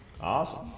Awesome